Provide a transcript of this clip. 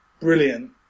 brilliant